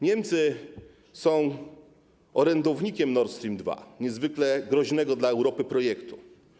Niemcy są orędownikiem Nord Stream 2, niezwykle groźnego dla Europy projektu.